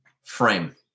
frame